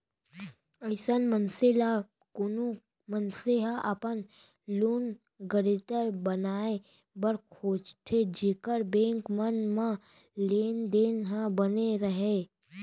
अइसन मनसे ल कोनो मनसे ह अपन लोन गारेंटर बनाए बर खोजथे जेखर बेंक मन म लेन देन ह बने राहय